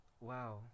wow